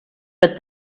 but